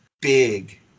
big